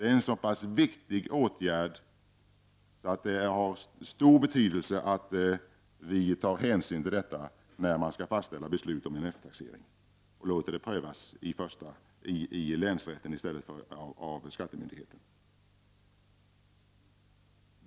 Det gäller en viktig åtgärd, och det har stor betydelse att vi tar hänsyn till detta och låter beslut om eftertaxering prövas av länsrätten i stället för av skattemyndigheten.